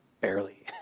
Barely